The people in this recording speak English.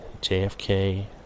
J-F-K